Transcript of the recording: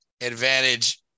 advantage